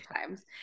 times